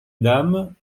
dame